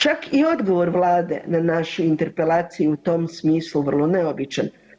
Čak i odgovor Vlade na našu interpelaciju u tom smislu vrlo neobičan.